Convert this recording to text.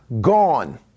gone